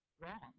wrong